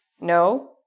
No